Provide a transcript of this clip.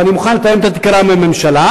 ואני מוכן לתאם את התקרה עם הממשלה,